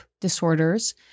disorders